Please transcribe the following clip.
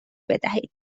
بدهید